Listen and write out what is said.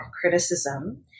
Criticism